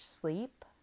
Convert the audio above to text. sleep